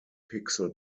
pixel